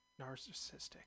narcissistic